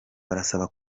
barasaba